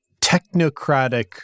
technocratic